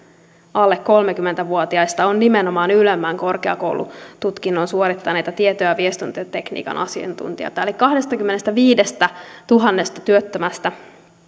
alle kolmekymmentä vuotiaista on nimenomaan ylemmän korkeakoulututkinnon suorittaneita tieto ja viestintätekniikan asiantuntijoita eli kahdestakymmenestäviidestätuhannesta työttömästä